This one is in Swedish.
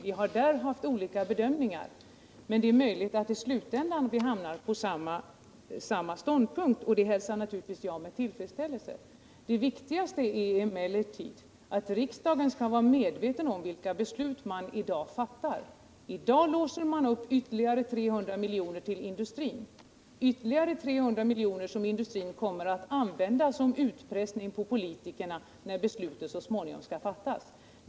Vi har där haft olika bedömningar, men det är möjligt att vi i slutändan hamnar på samma ståndpunkt, och det hälsar jag naturligtvis med tillfredsställelse. Det viktigaste är emellertid att riksdagen är medveten om vilka beslut den i dag fattar. I dag låser man upp ytterligare 300 miljoner till industrin — 300 miljoner som industrin kommer att använda som utpressning på politikerna när slutligt beslut så småningom skall fattas.